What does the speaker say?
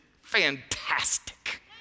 fantastic